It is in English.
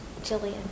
Jillian